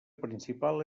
principal